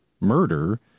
murder